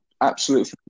absolute